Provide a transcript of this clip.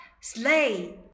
sleigh